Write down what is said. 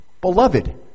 Beloved